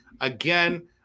again